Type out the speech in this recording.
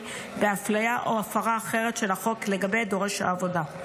באפליה או הפרה אחרת של החוק לגבי דורש העבודה.